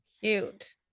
cute